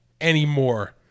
anymore